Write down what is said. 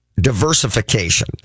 diversification